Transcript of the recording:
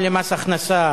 גם למס הכנסה,